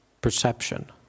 perception